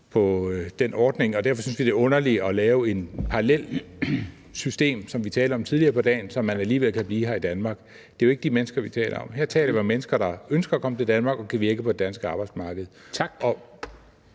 på den ordning. Og derfor synes vi, det er underligt at lave et parallelt system, som vi talte om tidligere på dagen, så man alligevel kan blive her i Danmark. Det er jo ikke de mennesker, vi taler om. Her taler vi om mennesker, der ønsker at komme til Danmark og kan virke på det danske arbejdsmarked. Kl.